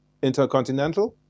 intercontinental